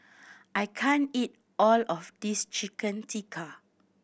I can't eat all of this Chicken Tikka